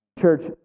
Church